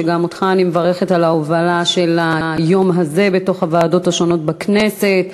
וגם אותך אני מברכת על ההובלה של היום הזה בוועדות השונות בכנסת,